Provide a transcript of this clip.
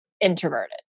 introverted